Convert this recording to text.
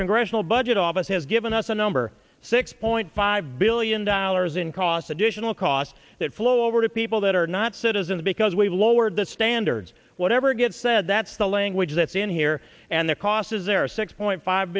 congressional budget office has given us a number six point five billion dollars in costs additional costs that flow over to people that are not citizens because we lowered the standards whatever gets said that's the language that's in here and the cost is there are six point five